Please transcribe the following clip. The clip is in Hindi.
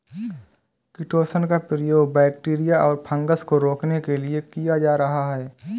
किटोशन का प्रयोग बैक्टीरिया और फँगस को रोकने के लिए किया जा रहा है